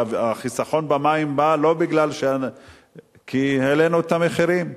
שהחיסכון במים בא כי העלינו את המחירים.